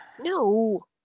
No